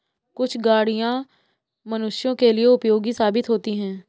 कुछ गाड़ियां मनुष्यों के लिए उपयोगी साबित होती हैं